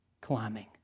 climbing